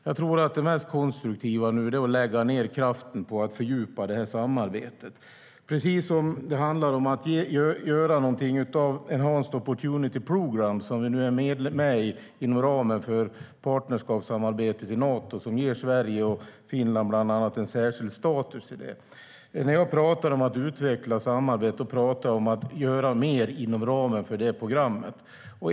Jag tror att det är mest konstruktivt att lägga kraften på att fördjupa samarbetet och att göra något av Enhanced Opportunities Programme, där vi nu är med inom ramen för partnerskapssamarbetet inom Nato och där bland andra Sverige och Finland har en särskild status. När jag talar om att utveckla samarbetet menar jag att göra mer inom ramen för det programmet.